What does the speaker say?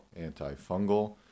antifungal